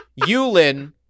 Yulin